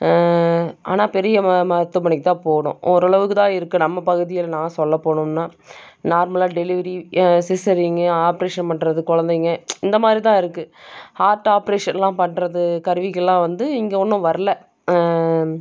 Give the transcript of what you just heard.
ஆனால் பெரிய மருத்துவமனைக்குதான் போகணும் ஓரளவுக்குதான் இருக்குது நம்ம பகுதியில் நான் சொல்ல போகணும்னா நார்மலாக டெலிவரி சிசேரியன்ங்க ஆப்ரேஷன் பண்ணுறது குழந்தைங்க இந்த மாதிரிதான் இருக்குது ஹார்ட் ஆப்ரேஷனெலாம் பண்ணுறது கருவிகளெலாம் வந்து இங்கே இன்னும் வரல